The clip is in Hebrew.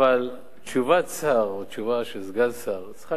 אבל תשובת שר, או תשובה של סגן שר, צריכה להיות